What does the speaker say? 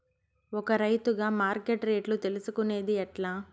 ఒక రైతుగా మార్కెట్ రేట్లు తెలుసుకొనేది ఎట్లా?